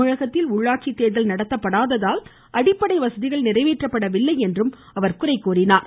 தமிழகத்தில் உள்ளாட்சி தேர்தல் நடத்தப்படாததால் அடிப்படை வசதிகள் நிறைவேற்றப்படவில்லை என்று அவர் குறை கூறினார்